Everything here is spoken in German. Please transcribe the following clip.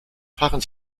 fahren